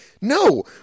No